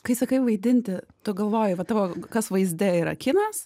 kai sakai vaidinti tu galvoji va tavo kas vaizde yra kinas